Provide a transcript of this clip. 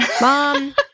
Mom